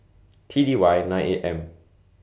T D Y nine eight M